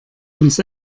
uns